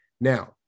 Now